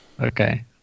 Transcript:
Okay